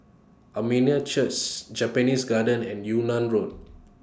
Armenian Church Japanese Garden and Yunnan Road